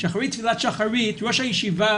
אחרי תפילה שחרית ראש הישיבה,